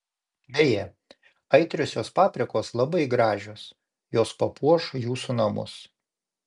beje aitriosios paprikos labai gražios jos papuoš jūsų namus